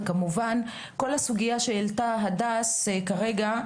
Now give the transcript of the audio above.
בנוסף, כמובן כל הסוגיה שהעלתה הדס כרגע,